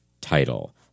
title